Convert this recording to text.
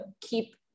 keep